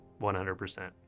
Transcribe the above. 100%